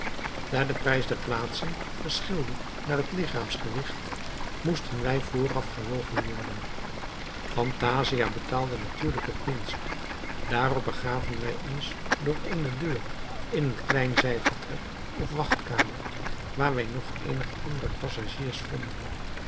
daar de prijs der plaatsen verschilde naar het lichaamsgewicht moesten wij vooraf gewogen worden phantasia betaalde natuurlijk het minst daarop begaven wij ons door eene deur in een klein zijvertrek of wachtkamer waar wij nog eenige andere passagiers vonden